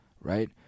right